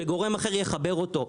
שגורם אחר יחבר אותו.